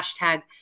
hashtag